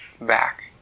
back